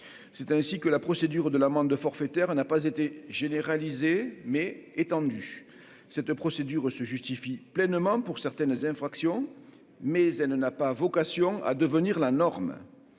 c'est ainsi que la procédure de l'amende forfaitaire, elle n'a pas été généralisé mais étendu cette procédure se justifie pleinement pour certaines infractions, mais elle ne n'a pas vocation à devenir la norme,